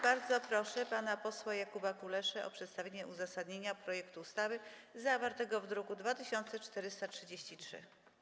Bardzo proszę pana posła Jakuba Kuleszę o przedstawienie uzasadnienia projektu ustawy zawartego w druku nr 2433.